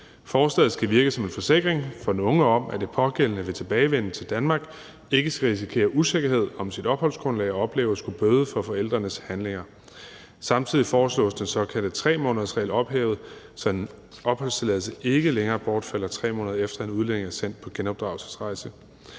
Forslaget skal virke som en forsikring for den unge om, at den pågældende ved tilbagevenden til Danmark ikke skal risikere usikkerhed om sit opholdsgrundlag og opleve at skulle bøde for forældrenes handlinger. Samtidig foreslås den såkaldte 3-månedersregel ophævet, så en opholdstilladelse ikke længere bortfalder, 3 måneder efter at en udlænding er sendt på genopdragelsesrejse.